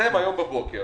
התפרסם הבוקר